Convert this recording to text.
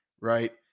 Right